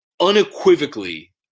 unequivocally